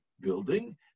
building